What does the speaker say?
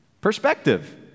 perspective